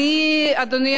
אדוני היושב-ראש,